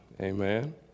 Amen